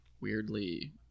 weirdly